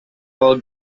will